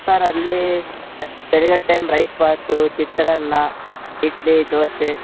sir ಅಲ್ಲಿ ಸರಿಯಾದ time rice bath ಚಿತ್ರಾನ್ನ ಇಡ್ಲಿ ದೋಸೆ